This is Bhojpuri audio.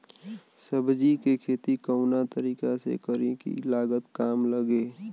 सब्जी के खेती कवना तरीका से करी की लागत काम लगे?